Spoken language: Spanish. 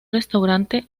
restaurante